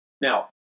Now